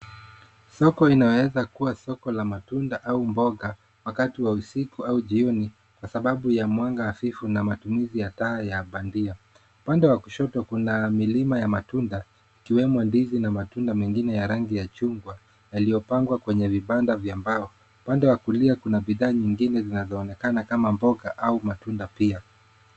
Soko inaweza kuwa soko la matunda au mboga wakati wa usiku au jioni kwa sababu ya mwanga hafifu na matumizi ya taa ya bandia. Upande wa kushoto kuna milima ya matunda ikiwemo ndizi na matunda mengine ya rangi ya chungwa yaliyopangwa kwenye vibanda vya mbao. Upande wa kulia kuna bidhaa nyingine zinazoonekana kama mboga au matunda pia.